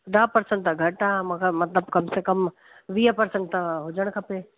ॾह परसंट त घटि आहे मूंखे मतिलबु कम से कम वीह परसंट त हुजणु खपे